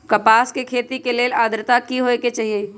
कपास के खेती के लेल अद्रता की होए के चहिऐई?